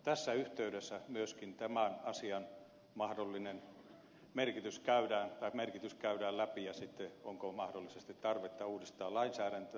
tässä yhteydessä myöskin tämän asian mahdollinen merkitys käydään läpi ja sitten se onko mahdollisesti tarvetta uudistaa lainsäädäntöä